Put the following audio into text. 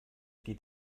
geht